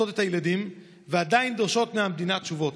את הילדים ועדיין דורשות מהמדינה תשובות.